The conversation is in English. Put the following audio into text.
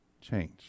change